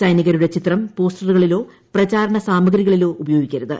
സൈനികരുടെ ചിത്രറ്റു പോസ്റ്ററുകളിലോ പ്രചാരണ സാമഗ്രികളിലോ ഉപ്പയോഗിക്കരുത്